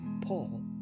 Paul